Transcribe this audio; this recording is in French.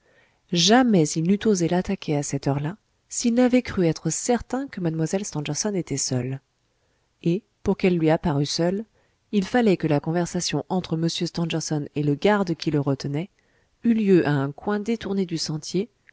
jamais il n'eût osé l'attaquer à cette heure-là s'il n'avait cru être certain que mlle stangerson était seule et pour qu'elle lui apparût seule il fallait que la conversation entre m stangerson et le garde qui le retenait eût lieu à un coin détourné du sentier